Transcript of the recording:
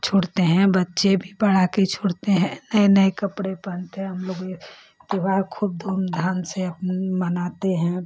छोड़ते हैं बच्चे भी पड़ाके छोड़ते हैं नए नए कपड़े पहेनते हैं हम लोग ये त्योहार खूब धूम धाम से अपन मनाते हैं